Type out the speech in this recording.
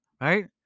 Right